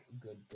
good